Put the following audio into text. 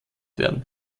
werden